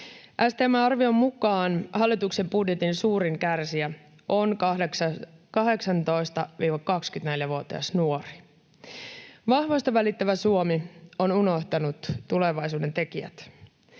STM:n arvion mukaan hallituksen budjetin suurin kärsijä on 18—24-vuotias nuori. Vahvoista välittävä Suomi on unohtanut tulevaisuuden tekijät.